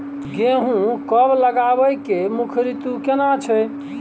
गेहूं कब लगाबै के मुख्य रीतु केना छै?